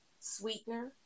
sweetener